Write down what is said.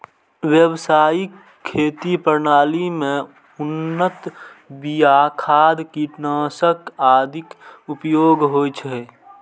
व्यावसायिक खेती प्रणाली मे उन्नत बिया, खाद, कीटनाशक आदिक उपयोग होइ छै